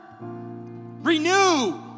Renew